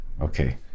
okay